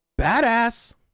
Badass